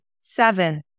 seven